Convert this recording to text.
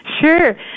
Sure